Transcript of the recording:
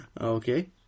Okay